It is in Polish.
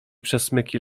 przesmyki